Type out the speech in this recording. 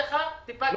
טיפה צניעות.